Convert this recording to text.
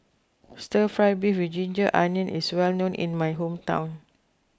Stir Fried Beef with Ginger Onions is well known in my hometown